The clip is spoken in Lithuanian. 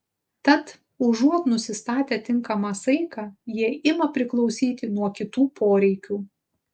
tad užuot nusistatę tinkamą saiką jie ima priklausyti nuo kitų poreikių